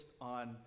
on